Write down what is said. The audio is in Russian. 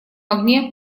огне